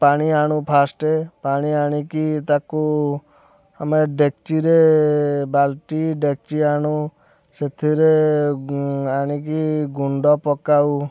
ପାଣି ଆଣୁ ଫାର୍ଷ୍ଟ୍ ପାଣି ଆଣିକି ତାକୁ ଆମେ ଡେକ୍ଚି ରେ ବାଲ୍ଟି ଡେକ୍ଚି ଆଣୁ ସେଥିରେ ଆଣିକି ଗୁଣ୍ଡ ପକାଉ